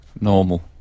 normal